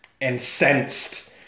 incensed